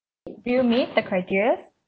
do you meet the criteria